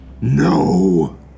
No